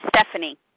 Stephanie